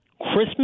Christmas